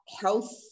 health